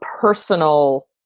personal